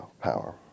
power